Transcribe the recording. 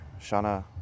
Shana